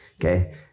okay